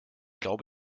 glaube